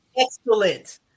excellent